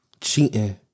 cheating